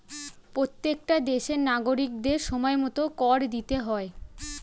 প্রত্যেকটা দেশের নাগরিকদের সময়মতো কর দিতে হয়